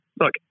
look